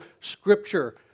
scripture